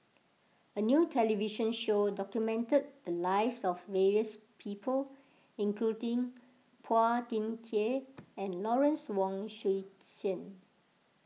a new television show documented the lives of various people including Phua Thin Kiay and Lawrence Wong Shyun Tsai